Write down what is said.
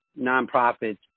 nonprofits